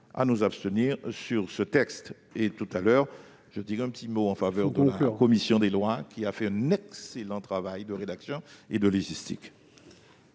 à nous abstenir. Je dirai tout à l'heure un petit mot en faveur de la commission des lois, qui a fait un excellent travail de rédaction et de légistique.